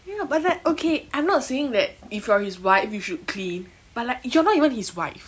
ya but like ookay I'm not saying that if you're his wife you should clean but like you're not even his wife